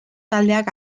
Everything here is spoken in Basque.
taldeak